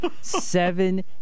Seven